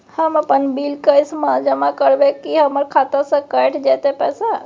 हम अपन bill cash म जमा करबै की हमर खाता स कैट जेतै पैसा?